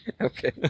Okay